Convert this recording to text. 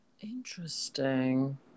Interesting